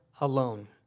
alone